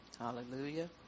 Hallelujah